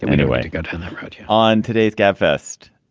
anyway, got you on today's gabfest,